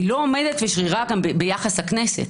היא לא עומדת ושרירה גם ביחס לכנסת.